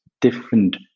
different